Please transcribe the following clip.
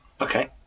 Okay